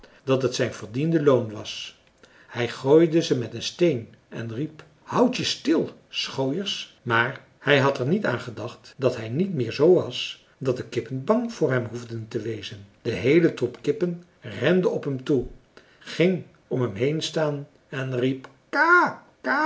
dat het zijn verdiende loon was hij gooide ze met een steen en riep houdt je stil schooiers maar hij had er niet aan gedacht dat hij niet meer zoo was dat de kippen bang voor hem hoefden te wezen de heele troep kippen rende op hem toe ging om hem heen staan en riep